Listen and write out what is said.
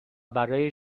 برای